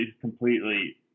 completely